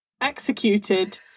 executed